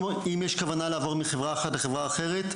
אם יש כוונה לעבור מחברה אחת לחברה אחרת,